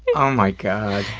oh my god.